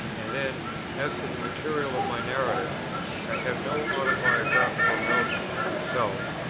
and then as to the materials of my narrative i have no autobiographical notes to consult,